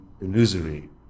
illusory